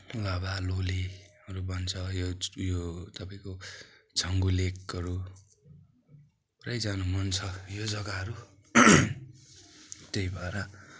लाभा लोलेहरू भन्छ यो उयो तपाईँको छङ्गू लेकहरू पुरै जानु मन छ यो जग्गाहरू त्यही भएर